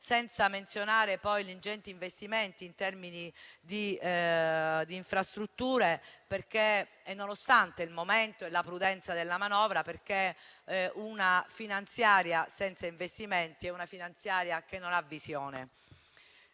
senza menzionare gli ingenti investimenti in termini di infrastrutture, nonostante il momento e la prudenza della manovra, perché una finanziaria senza investimenti non ha visione.